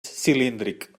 cilíndric